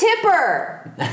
tipper